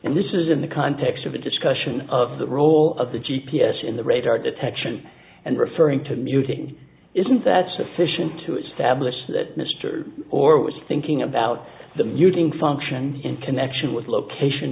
and this is in the context of a discussion of the role of the g p s in the radar detection and referring to mutiny isn't that sufficient to establish that mr or are thinking about the muting function in connection with location